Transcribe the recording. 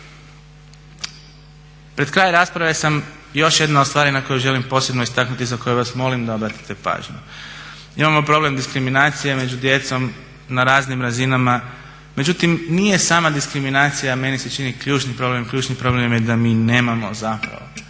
Pred kraj rasprave sam, još jedna od stvari na koju želim posebno istaknuti i za koju vas molim da obratite pažnju. Imamo problem diskriminacije među djecom na raznim razinama, međutim nije sama diskriminacija meni se čini ključni problem, ključni problem je da mi nemamo zapravo